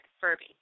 Furby